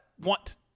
want